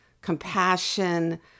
compassion